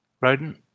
rodent